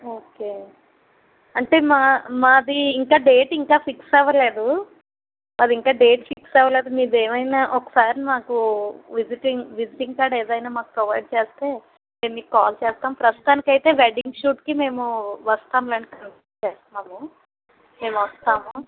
okay అంటే మ మాది ఇంకా డేట్ ఇంకా ఫిక్స్ అవ్వలేదు మాది ఇంకా డేట్ ఫిక్స్ అవ్వలేదు మీది ఏమైనా ఒక సారి మాకు విజిటింగ్ విజిటింగ్ కార్డ్ ఏమైనా ప్రొవైడ్ చేస్తే మేము మీకు కాల్ చేస్తాం ప్రస్తుతానికైతే వెడ్డింగ్ షూట్కి మేము చేస్తాము మేము వస్తాము